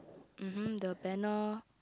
(mm hmm) the panel